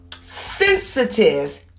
sensitive